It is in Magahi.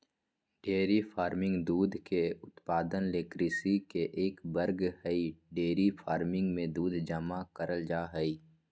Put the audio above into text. डेयरी फार्मिंग दूध के उत्पादन ले कृषि के एक वर्ग हई डेयरी फार्मिंग मे दूध जमा करल जा हई